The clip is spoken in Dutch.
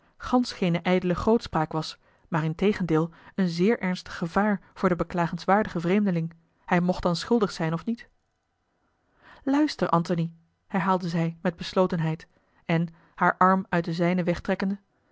gansch geen ijdele grootspraak was maar integendeel een zeer ernstig gevaar voor den beklagenswaardigen vreemdeling hij mocht dan schuldig zijn of niet luister antony herhaalde zij met beslotenheid en haar arm uit den zijnen wegtrekkende